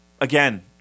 Again